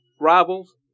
rivals